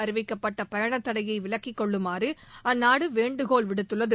அறிவிக்கப்பட்ட பயணத்தடையை விலக்கிக் கொள்ளுமாறு அந்நாடு வேண்டுகோள் விடுத்துள்ளது